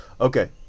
Okay